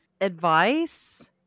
Advice